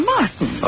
Martin